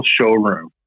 showroom